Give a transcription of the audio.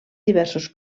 diversos